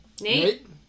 Nate